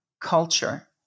culture